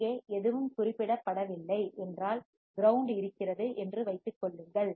இங்கே எதுவும் குறிப்பிடப்படவில்லை என்றால் கிரவுண்ட் இருக்கிறது என்று வைத்துக் கொள்ளுங்கள்